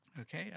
Okay